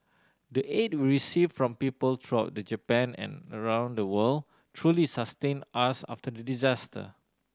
the aid we received from people throughout the Japan and around the world truly sustained us after the disaster